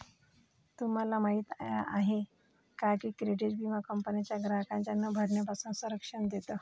तुम्हाला माहिती आहे का की क्रेडिट विमा कंपन्यांना ग्राहकांच्या न भरण्यापासून संरक्षण देतो